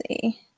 see